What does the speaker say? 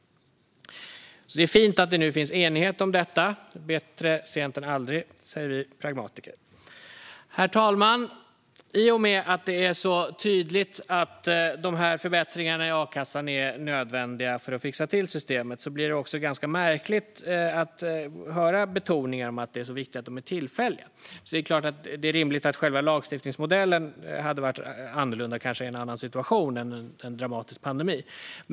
Det är fint att det nu finns enighet om detta. Bättre sent än aldrig, säger vi pragmatiker. Herr talman! I och med att det är så tydligt att de här förbättringarna i a-kassan är nödvändiga för att fixa till systemet blir det också ganska märkligt att höra betoningen på att det är så viktigt att de är tillfälliga. Själva lagstiftningsmodellen kanske hade varit annorlunda i en annan situation än under en dramatisk pandemi; det är rimligt.